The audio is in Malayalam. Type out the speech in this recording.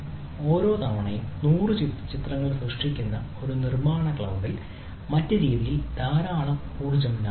ഓരോ തവണയും 1000 ചിത്രങ്ങൾ സൃഷ്ടിക്കുന്ന ഒരു നിർമ്മാണ ക്ലൌഡിൽ മറ്റ് രീതിയിൽ ധാരാളം ഊർജ്ജം ലാഭിക്കുന്നു